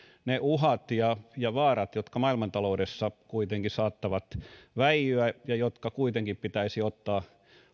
ne uhat ja ja vaarat jotka maailmantaloudessa kuitenkin saattavat väijyä ja jotka kuitenkin pitäisi ottaa